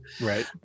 Right